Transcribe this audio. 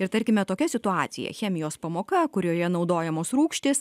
ir tarkime tokia situacija chemijos pamoka kurioje naudojamos rūgštys